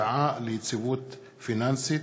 (הוועדה ליציבות פיננסית),